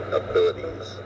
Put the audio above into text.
abilities